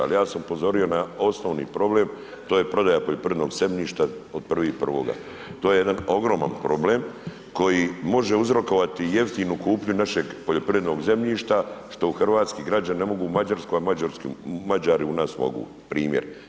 Al ja sam upozorio na osnovni problem, to je prodaja poljoprivrednog zemljišta od 1.1., to je jedan ogroman problem koji može uzrokovati jeftinu kupnju našeg poljoprivrednog zemljišta, što hrvatski građani ne mogu u Mađarskoj, a Mađari i nas mogu, primjer.